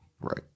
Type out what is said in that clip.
right